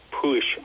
push